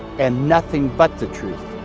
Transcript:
and nothing but the truth.